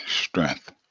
strength